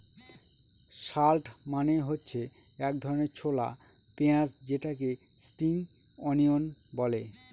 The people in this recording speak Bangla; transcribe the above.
শালট মানে হচ্ছে এক ধরনের ছোলা পেঁয়াজ যেটাকে স্প্রিং অনিয়ন বলে